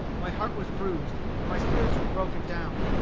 my heart was bruised, and my spirits were broken down.